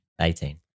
18